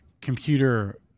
computer